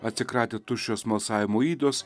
atsikratė tuščio smalsavimo ydos